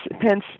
Pence